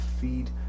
feed